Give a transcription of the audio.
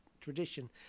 tradition